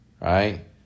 right